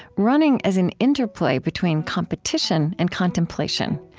running as an interplay between competition and contemplation,